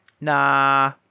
Nah